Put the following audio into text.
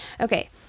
Okay